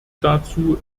dazu